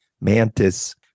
Mantis